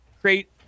create